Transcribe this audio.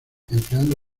empleando